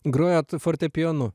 grojat fortepijonu